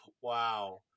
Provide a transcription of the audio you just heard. Wow